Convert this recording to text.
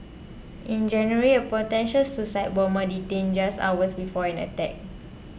in January a potential suicide bomber the dangerous hours before an attack